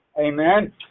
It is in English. Amen